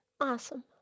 Awesome